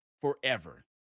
forever